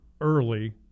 early